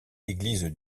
église